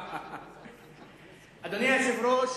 אדוני היושב-ראש,